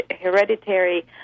hereditary